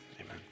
Amen